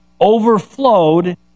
overflowed